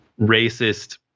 racist